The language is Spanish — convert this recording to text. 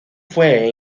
fue